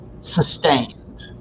sustained